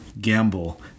gamble